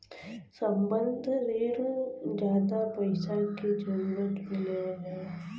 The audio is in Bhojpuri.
संबंद्ध रिण जादा पइसा के जरूरत पे लेवल जाला